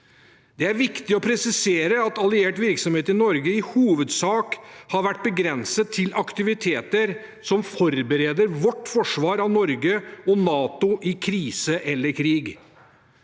Det er viktig å presisere at alliert virksomhet i Norge i hovedsak har vært begrenset til aktiviteter som forbereder vårt forsvar av Norge og NATO i krise eller krig.